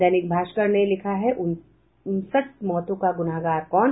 दैनिक भास्कर लिखता है उनसठ मौतों का गुनाहगार कौन